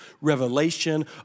revelation